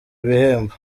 ibihembo